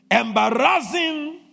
Embarrassing